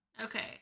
Okay